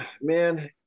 man